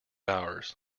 hours